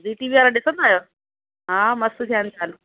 Zee T वीअ वारा ॾिसंदा आहियो हा मस्तु थिया आहिनि चालू